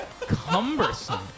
Cumbersome